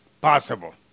possible